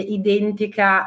identica